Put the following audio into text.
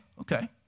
okay